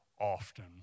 often